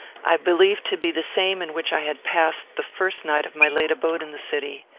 i believed to be the same in which i had passed the first night of my late abode in the city.